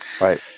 Right